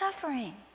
suffering